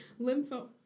lympho